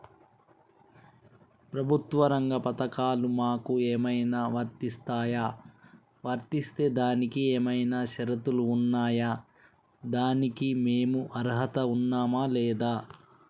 ప్రభుత్వ రంగ పథకాలు మాకు ఏమైనా వర్తిస్తాయా? వర్తిస్తే దానికి ఏమైనా షరతులు ఉన్నాయా? దానికి మేము అర్హత ఉన్నామా లేదా?